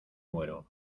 muero